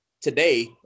today